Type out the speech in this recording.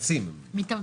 משלים